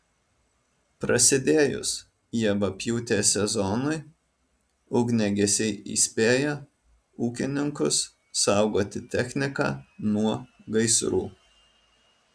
prasidėjus javapjūtės sezonui ugniagesiai įspėja ūkininkus saugoti techniką nuo gaisrų